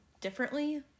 differently